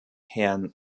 herrn